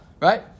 Right